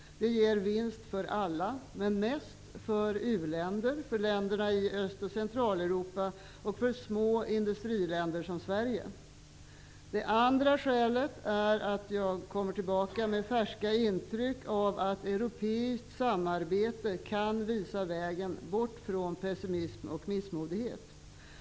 Det ger vinst för alla, men mest för uländer, länderna i Öst och Centraleuropa och små industriländer som Sverige. Det andra skälet är att jag kommer tillbaka med färska intryck av att europeiskt samarbete kan visa vägen bort från pessimism och missmodighet.